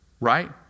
right